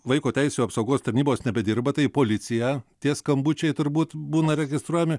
vaiko teisių apsaugos tarnybos nebedirba tai į policiją tie skambučiai turbūt būna registruojami